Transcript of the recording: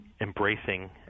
embracing